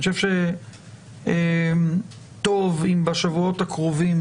אני חושב שטוב אם בשבועות הקרובים